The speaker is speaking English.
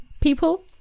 people